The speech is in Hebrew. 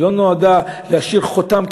היא לא נועדה להשאיר חותם,